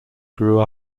grew